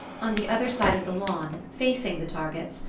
on the other side of the lawn, facing the targets,